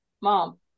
Mom